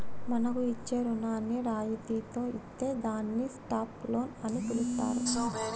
మనకు ఇచ్చే రుణాన్ని రాయితితో ఇత్తే దాన్ని స్టాప్ లోన్ అని పిలుత్తారు